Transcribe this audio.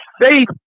faith